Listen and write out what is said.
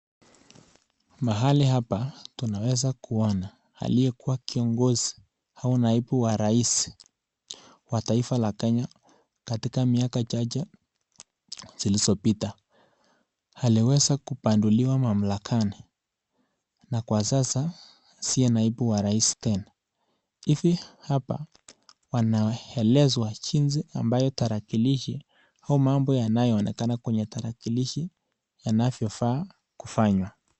Mahali hapa tunaweza kuona aliyekuwa kiongozi au naibu wa rais wa taifa la kenya katika miaka chache zilizopita. Aliweza kubanduliwa mamlakani na kwa sasa sie naibu wa rais tena hivi hapa wanaelezwa jinsi ambayo tarakilishi au mambo yanayoonekana kwenye tarakilishi yanavyofaa kufanywa.